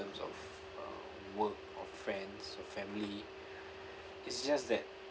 in terms of uh work or friends or family it's just that